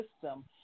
system